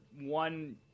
one